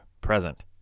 present